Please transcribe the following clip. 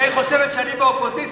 אולי היא חושבת שאני באופוזיציה.